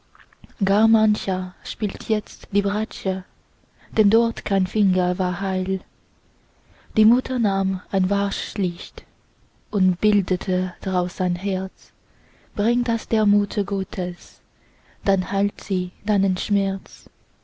gar mancher spielt jetzt die bratsche dem dort kein finger war heil die mutter nahm ein wachslicht und bildete draus ein herz bring das der mutter gottes dann heilt sie deinen schmerz